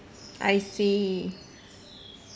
I see